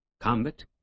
combat